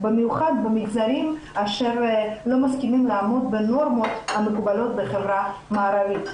במיוחד במגזרים אשר לא מסכימים לעמוד בנורמות המקובלות בחברה מערבית.